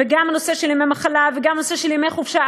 וגם הנושא של ימי מחלה, וגם הנושא של ימי חופשה.